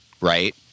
right